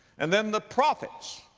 and then the prophets,